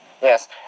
Yes